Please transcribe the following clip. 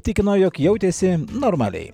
tikino jog jautėsi normaliai